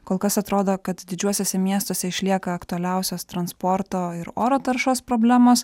kol kas atrodo kad didžiuosiuose miestuose išlieka aktualiausios transporto ir oro taršos problemos